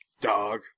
dog